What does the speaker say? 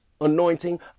anointing